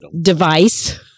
Device